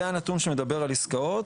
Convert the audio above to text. זה הנתון שמדבר על עסקאות,